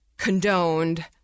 condoned